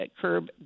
curb